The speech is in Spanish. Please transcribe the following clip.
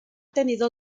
tenido